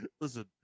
Listen